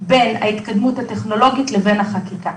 בין ההתקדמות הטכנולוגית לבין החקיקה.